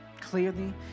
clearly